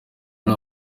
nta